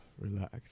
relax